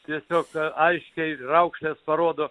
tiesiog aiškiai raukšles parodo